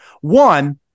One